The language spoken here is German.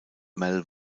mal